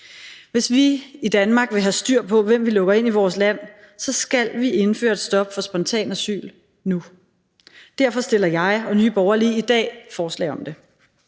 Hvis vi i Danmark vil have styr på, hvem vi lukker ind i vores vand, så skal vi indføre et stop for spontan asyl nu. Derfor fremsætter jeg og Nye Borgerlige i dag forslag om det.